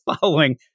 following